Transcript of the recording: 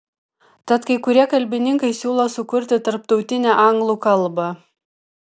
tad kai kurie kalbininkai siūlo sukurti tarptautinę anglų kalbą